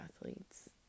athletes